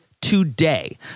today